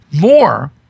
more